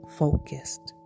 focused